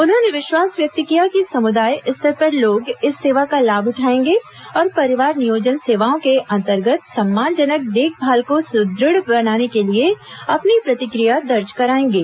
उन्होंने विश्वास व्यक्त किया कि समुदाय स्तर पर लोग इस सेवा का लाभ उठाएगे और परिवार नियोजन सेवाओं के अंतर्गत सम्मानजनक देखभाल को सुदृढ़ बनाने के लिए अपनी प्रतिक्रिया दर्ज कराएंगे